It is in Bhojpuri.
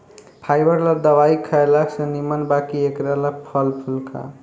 फाइबर ला दवाई खएला से निमन बा कि एकरा ला फल फूल खा